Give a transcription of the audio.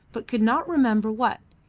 but could not remember what,